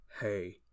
hey